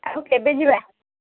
ଆଉ କେବେ ଯିବା